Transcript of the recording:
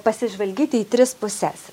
pasižvalgyti į tris puses